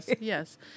yes